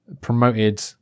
promoted